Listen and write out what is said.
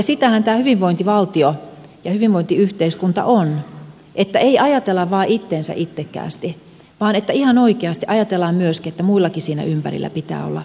sitähän tämä hyvinvointivaltio ja hyvinvointiyhteiskunta on että ei ajatella vain itseä itsekkäästi vaan että ihan oikeasti ajatellaan myöskin että muillakin siinä ympärillä pitää olla hyvä olla